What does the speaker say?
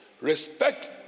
respect